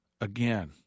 again